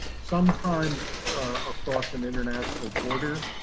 sometimes across an international border,